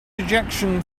ejection